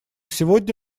сегодня